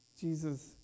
Jesus